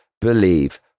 believe